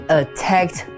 attacked